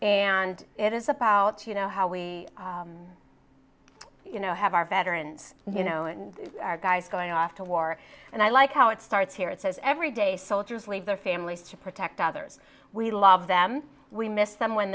and it is about to you know how we have our veterans you know and our guys going off to war and i like how it starts here it says every day soldiers leave their families to protect others we love them we miss them when